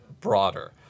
broader